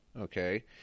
okay